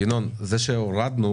ינון זה שהורדנו,